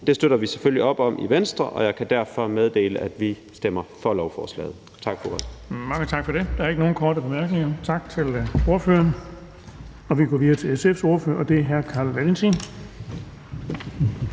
Det støtter vi selvfølgelig op om i Venstre, og jeg kan derfor meddele, at vi stemmer for lovforslaget. Tak for ordet. Kl. 17:45 Den fg. formand (Erling Bonnesen): Mange tak for det. Der er ikke nogen korte bemærkninger. Tak til ordføreren. Vi går videre til SF's ordfører, og det er hr. Carl Valentin.